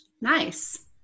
Nice